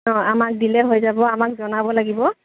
অঁ আমাক দিলে হৈ যাব আমাক জনাব লাগিব